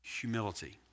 humility